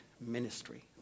ministry